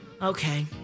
Okay